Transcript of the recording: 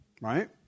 right